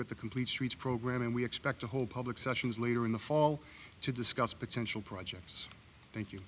with the complete streets program and we expect to hold public sessions later in the fall to discuss potential projects